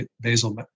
basal